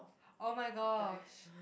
oh-my-gosh